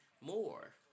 more